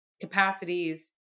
capacities